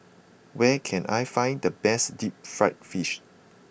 where can I find the best Deep Fried Fish